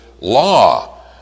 law